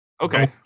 Okay